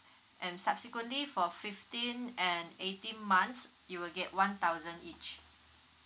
and subsequently for fifteen and eighteen months you will get one thousand each